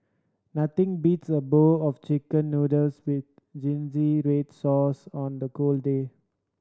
nothing beats a bowl of Chicken Noodles with red sauce on a cold day